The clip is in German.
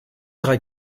drei